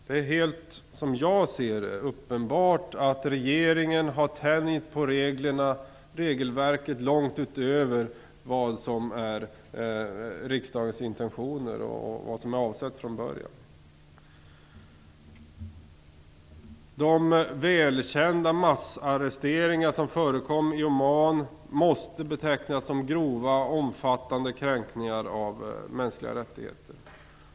Som jag ser det är det helt uppenbart att regeringen har tänjt på regelverket långt utöver riksdagens intentioner och utöver vad som var avsett från början. De välkända massarresteringar som förekommit i Oman måste betecknas som grova och omfattande kränkningar av de mänskliga rättigheterna.